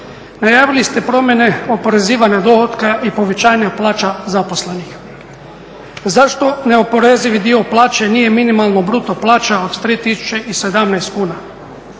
Najavili ste promjene oporezivanja dohotka i povećanja plaća zaposlenih. Zašto neoporezivi dio plaće nije minimalno bruto plaća od 3.017 kuna?